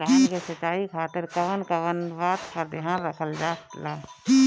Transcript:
धान के सिंचाई खातिर कवन कवन बात पर ध्यान रखल जा ला?